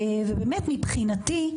מבחינתי,